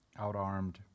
outarmed